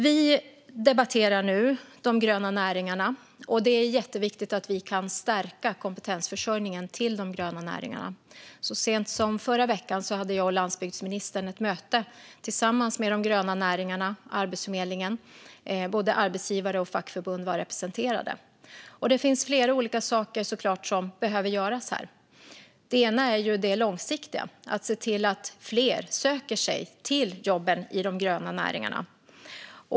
Vi debatterar nu de gröna näringarna. Det är jätteviktigt att vi kan stärka kompetensförsörjningen till dessa. Så sent som förra veckan hade jag och landsbygdsministern ett möte tillsammans med de gröna näringarna och Arbetsförmedlingen. Både arbetsgivare och fackförbund var representerade. Det finns flera olika saker som behöver göras här. En sak är det långsiktiga, att se till att fler söker sig till jobben i de gröna näringarna.